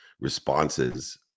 responses